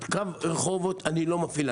את קו רחובות אני לא מפעיל,